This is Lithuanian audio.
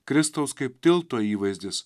kristaus kaip tilto įvaizdis